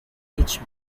each